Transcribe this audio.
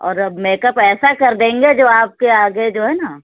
اور اب makeup ایسا کر دیں گے جو آپ کے آگے جو ہے نا